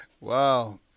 Wow